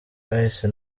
bahise